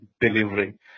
delivery